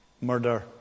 murder